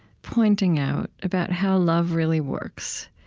pointing out about how love really works,